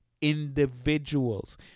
individuals